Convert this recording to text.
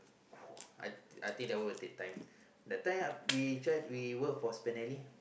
I I did that were deep time that time we chat we work for spinelli